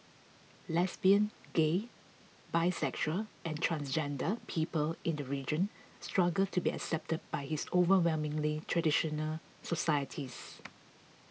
lesbian gay bisexual and transgender people in the region struggle to be accepted by its overwhelmingly traditional societies